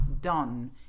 done